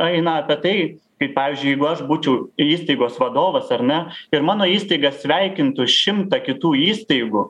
eina apie tai kaip pavyzdžiui jeigu aš būčiau įstaigos vadovas ar ne ir mano įstaiga sveikintų šimtą kitų įstaigų